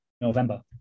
November